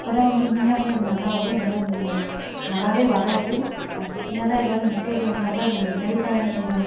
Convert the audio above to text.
அப்போதுதான் வந்து உண்மையாகவே அது நல்லா வரும் இல்லைனா நல்லாவே வராது அதில் சின்னதாக ஏதாவது மிஸ்டேக் இருந்துச்சுனா கூட அது நம்மளுக்கு பெருசாகதான் தெரியும்